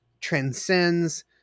transcends